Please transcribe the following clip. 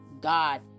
God